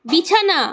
বিছানা